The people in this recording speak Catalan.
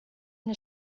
una